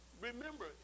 remember